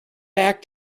back